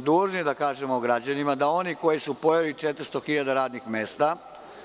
Dužni smo da kažemo građanima da oni koji su pojeli 400.000 radnih mesta